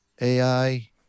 AI